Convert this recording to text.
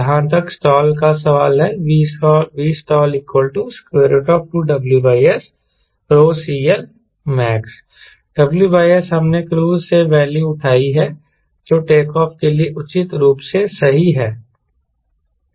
जहाँ तक स्टाल का सवाल है Vstall2WSCLmax WS हमने क्रूज़ से वैल्यू उठाई है जो टेकऑफ़ के लिए उचित रूप से सही है